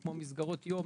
כמו מסגרות יום,